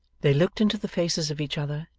they looked into the faces of each other,